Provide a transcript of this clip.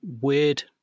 weird